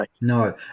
No